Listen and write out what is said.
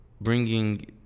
bringing